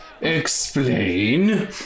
Explain